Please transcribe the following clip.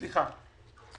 סליחה.